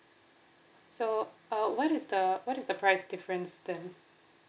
so uh what is the what is the price difference then